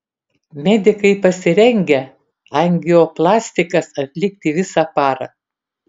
medikai pasirengę angioplastikas atlikti visą parą